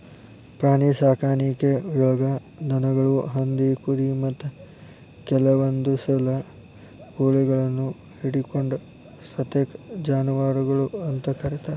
ಪ್ರಾಣಿಸಾಕಾಣಿಕೆಯೊಳಗ ದನಗಳು, ಹಂದಿ, ಕುರಿ, ಮತ್ತ ಕೆಲವಂದುಸಲ ಕೋಳಿಗಳನ್ನು ಹಿಡಕೊಂಡ ಸತೇಕ ಜಾನುವಾರಗಳು ಅಂತ ಕರೇತಾರ